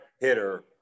hitter